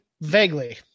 Vaguely